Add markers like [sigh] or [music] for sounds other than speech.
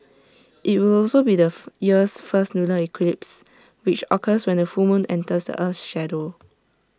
IT will also be the [unintelligible] year's first lunar eclipse which occurs when A full moon enters the Earth's shadow